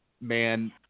man